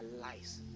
lies